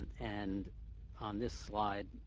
and on this slide,